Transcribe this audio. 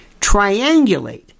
Triangulate